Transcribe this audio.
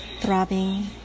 throbbing